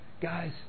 Guys